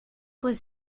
was